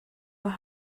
were